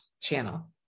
channel